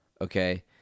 Okay